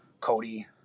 Cody